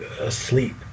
asleep